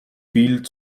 viel